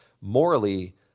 morally